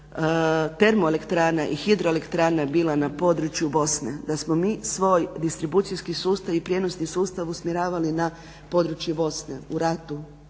glavnina termoelektrana i hidroelektrana bila na području Bosne, da smo mi svoj distribucijski sustav i prijenosni sustav usmjeravali na područje Bosne u ratu